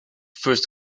first